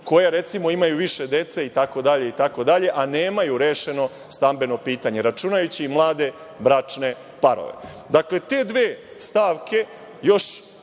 koje recimo imaju više dece itd, a nemaju rešeno stambeno pitanje, računajući i mlade bračne parove. Dakle, te dve stavke još